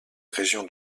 région